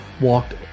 walked